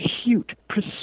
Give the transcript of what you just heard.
acute